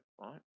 right